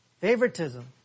Favoritism